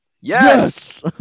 Yes